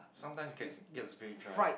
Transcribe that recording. sometimes get get very dry